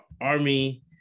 Army